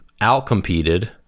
out-competed